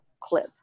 clip